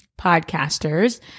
Podcasters